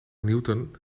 newton